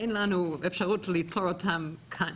אין לנו אפשרות ליצור אותם כאן,